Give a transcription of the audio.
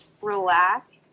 relax